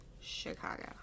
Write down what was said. Chicago